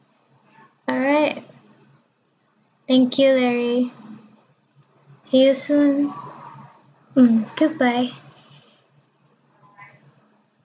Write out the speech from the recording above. alright thank you larry see you soon mm goodbye